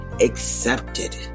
accepted